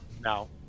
no